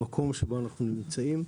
במקום שבו אנחנו נמצאים,